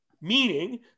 Meaning